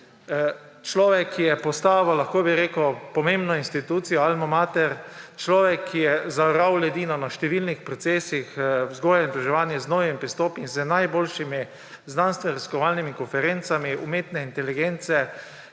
človek ki je postavil pomembno institucijo, Alma Mater, človek ki je zaoral ledino na številnih procesih vzgoje in izobraževanje z novimi pristopi in z najboljšimi znanstvenoraziskovalnimi konferencami umetne inteligence